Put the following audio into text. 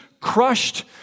crushed